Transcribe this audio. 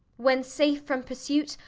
when safe from pursuit,